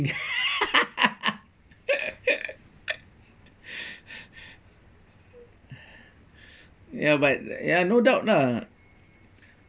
ya but ya no doubt lah